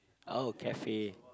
oh cafe